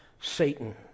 Satan